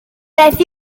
beth